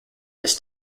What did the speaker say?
this